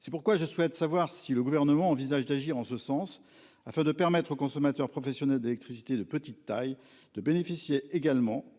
C'est pourquoi je souhaite savoir si le gouvernement envisage d'agir en ce sens afin de permettre aux consommateurs professionnels d'électricité de petite taille de bénéficier également des tarifs